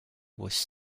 was